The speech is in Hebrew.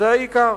זה העיקר.